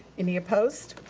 any opposed?